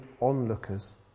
onlookers